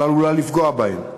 עלולה לפגוע בהם,